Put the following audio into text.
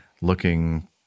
looking